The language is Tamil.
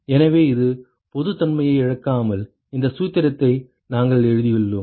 எனவே இது பொதுத்தன்மையை இழக்காமல் இந்த சூத்திரத்தை நாங்கள் எழுதியுள்ளோம்